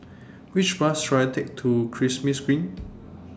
Which Bus should I Take to Green